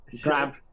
Grab